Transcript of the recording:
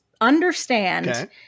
understand